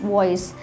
Voice